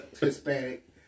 Hispanic